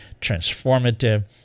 transformative